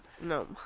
No